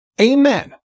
Amen